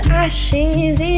ashes